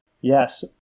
Yes